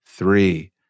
Three